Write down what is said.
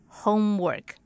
homework